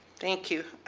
thank you.